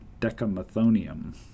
decamethonium